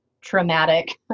traumatic